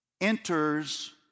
enters